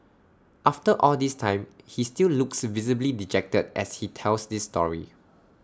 after all this time he still looks visibly dejected as he tells this story